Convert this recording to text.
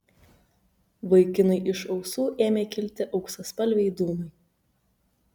vaikinui iš ausų ėmė kilti auksaspalviai dūmai